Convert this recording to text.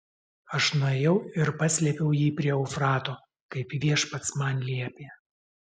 aš nuėjau ir paslėpiau jį prie eufrato kaip viešpats man liepė